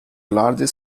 large